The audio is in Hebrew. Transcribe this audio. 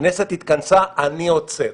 הכנסת התכנסה אני עוצר.